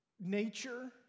nature